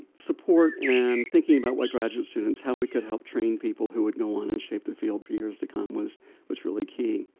support, and thinking about what graduate students how we could help train people who would go on and shape the field for years to come was was really key.